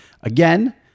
Again